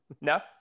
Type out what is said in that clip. No